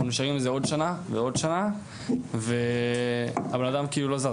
נשארים עם זה שנה ועוד שנה והבן אדם כאילו לא זז,